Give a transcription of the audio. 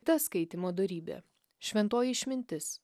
ta skaitymo dorybė šventoji išmintis